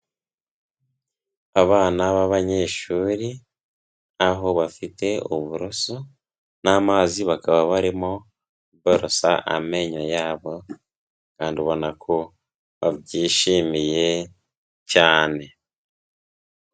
Abana b'abanyeshuri aho bafite uburoso n'amazi bakaba barimo kubarosa amenyo yabo kandi ubona ko babyishimiye cyane.